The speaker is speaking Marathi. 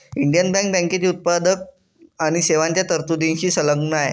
इंडियन बँक बँकेची उत्पादन आणि सेवांच्या तरतुदींशी संलग्न आहे